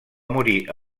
morir